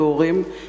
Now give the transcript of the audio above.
כהורים,